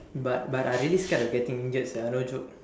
but but I really scared of getting injured sia no joke